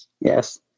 Yes